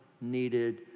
needed